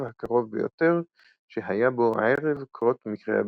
הקרוב ביותר שהיה בו ערב קרות מקרה הביטוח.